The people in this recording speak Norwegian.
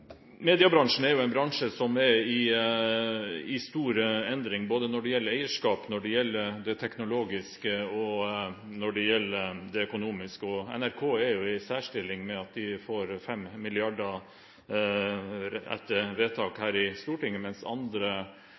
Mediebransjen er en bransje som er i stor endring både når det gjelder eierskap, når det gjelder det teknologiske, og når det gjelder det økonomiske. NRK er jo i en særstilling ved at de får 5 mrd. kr etter vedtak her i Stortinget, mens andre